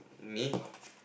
me